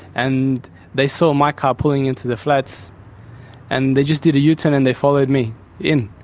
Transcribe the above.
and they saw my car pulling into the flats and they just did a yeah u-turn and they followed me in.